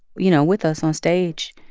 you know, with us onstage.